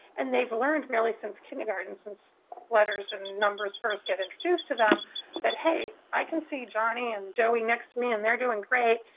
and they've learned, really since kindergarten since letters and numbers first get introduced to them that, hey, i can see jonny and joey next to me and they're doing great.